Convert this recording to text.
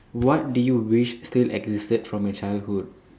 what do you wish still existed from your childhood